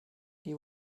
you